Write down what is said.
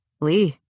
Lee